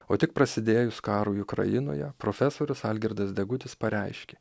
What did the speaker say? o tik prasidėjus karui ukrainoje profesorius algirdas degutis pareiškė